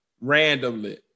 randomly